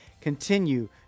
continue